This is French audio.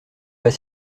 pas